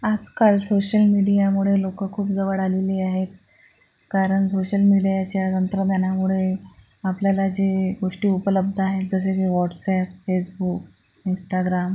आजकाल सोशल मीडियामुळे लोकं खूप जवळ आलेले आहेत कारण झोशल मीडियाच्या तंत्रज्ञानामुळे आपल्याला जे गोष्टी उपलब्ध आहे जसे की वॉट्सअॅप फेसबुक इन्स्टाग्राम